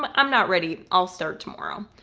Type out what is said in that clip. um i'm not ready, i'll start tomorrow.